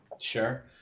Sure